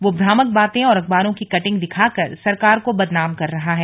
वह भ्रामक बातें और अखबारों की कटिंग दिखाकर सरकार को बदनाम कर रहा है